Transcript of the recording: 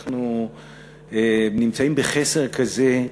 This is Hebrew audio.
שאנחנו נמצאים בחסר כזה